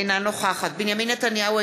אינה נוכחת בנימין נתניהו,